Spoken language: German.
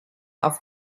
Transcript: auf